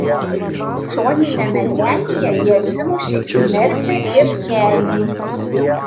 šoniniame denyje jie atsimušė į merfį ir kelį